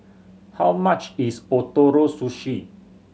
how much is Ootoro Sushi